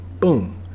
boom